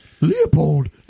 Leopold